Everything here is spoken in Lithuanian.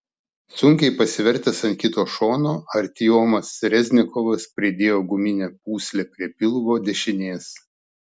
sunkiai pasivertęs ant kito šono artiomas reznikovas pridėjo guminę pūslę prie pilvo dešinės